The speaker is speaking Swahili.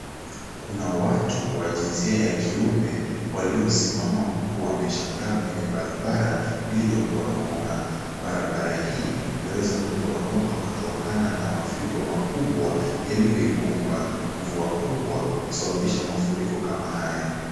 Kuna watu wa jinsia ya kiume waliosimama huku wameshangaa kwenye barabara iliyoporomoka. Barabara hii imeweza kuporomoka kutokana na mafuriko makubwa yalioikumba. Mvua kubwa husababisha mafuriko kama haya.